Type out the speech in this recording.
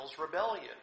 rebellion